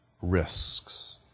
risks